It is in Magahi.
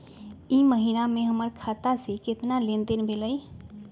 ई महीना में हमर खाता से केतना लेनदेन भेलइ?